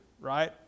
right